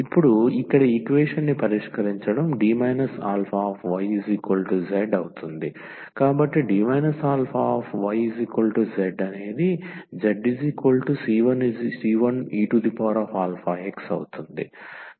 ఇప్పుడు ఇక్కడ ఈక్వేషన్ ని పరిష్కరించడం D αyz కాబట్టి D αyz zc1eαx అవుతుంది